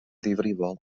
ddifrifol